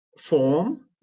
form